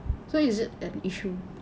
so is it an issue